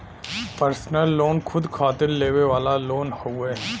personal loan खुद खातिर लेवे वाला लोन हउवे